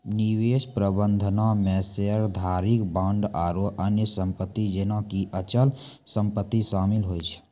निवेश प्रबंधनो मे शेयरधारिता, बांड आरु अन्य सम्पति जेना कि अचल सम्पति शामिल होय छै